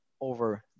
over